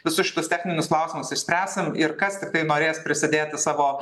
visus šitus techninius klausimus išspręsim ir kas tiktai norės prisidėti savo